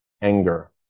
anger